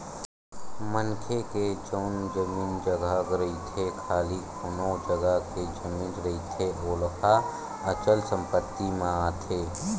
मनखे के जउन जमीन जघा रहिथे खाली कोनो जघा के जमीन रहिथे ओहा अचल संपत्ति म आथे